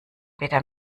weder